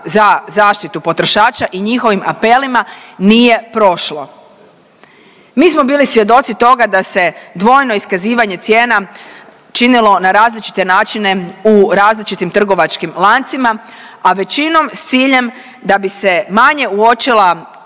za zaštitu potrošača i njihovim apelima, nije prošlo. Mi smo bili svjedoci toga da se dvojno iskazivanje cijena činilo na različite načine u različitim trgovačkim lancima, a većinom s ciljem da bi se manje uočila